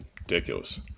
ridiculous